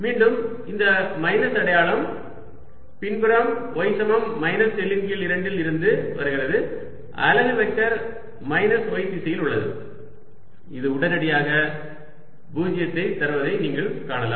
மீண்டும் இந்த மைனஸ் அடையாளம் பின்புறம் y சமம் மைனஸ் L இன் கீழ் 2 இல் இருந்து வருகிறது அலகு வெக்டர் மைனஸ் y திசையில் உள்ளது இது உடனடியாக 0 தை தருவதை நீங்கள் காணலாம்